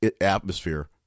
atmosphere